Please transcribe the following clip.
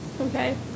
Okay